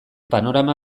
panorama